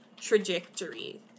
trajectory